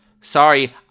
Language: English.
sorry